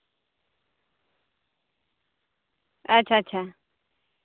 ᱟᱪᱪᱷᱟ ᱟᱪᱪᱷᱟ